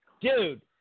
dude